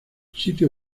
sitio